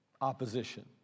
Opposition